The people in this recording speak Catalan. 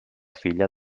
filla